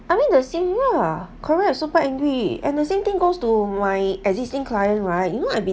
I mean the same lah correct super angry and the same thing goes to my existing client right you know I've been